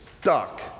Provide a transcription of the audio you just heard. stuck